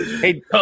Hey